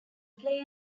play